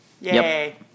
Yay